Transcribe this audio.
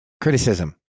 criticism